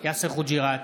יאסר חוג'יראת,